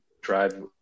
drive